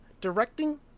directing